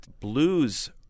blues